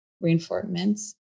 reinforcements